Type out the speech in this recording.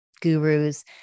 gurus